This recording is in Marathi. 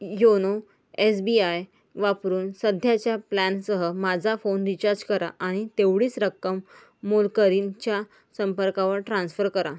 योनो एस बी आय वापरून सध्याच्या प्लॅनसह माझा फोन रिचार्ज करा आणि तेवढीच रक्कम मोलकरीणच्या संपर्कावर ट्रान्स्फर करा